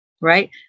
right